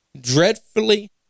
dreadfully